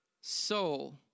soul